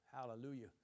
hallelujah